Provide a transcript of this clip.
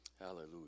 hallelujah